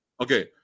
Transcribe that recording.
Okay